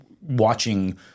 watching